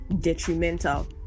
detrimental